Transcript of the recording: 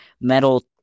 metal